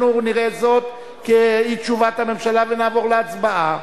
נראה זאת כאי-תשובת הממשלה ונעבור להצבעה.